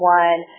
one